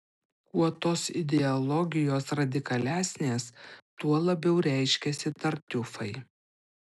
kuo tos ideologijos radikalesnės tuo labiau reiškiasi tartiufai